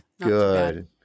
Good